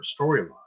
storyline